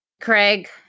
Craig